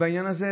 בעניין הזה,